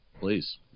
Please